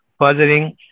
furthering